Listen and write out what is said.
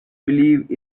believe